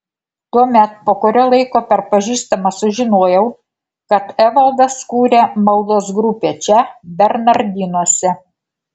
tuomet po kurio laiko per pažįstamą sužinojau kad evaldas kuria maldos grupę čia bernardinuose